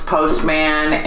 Postman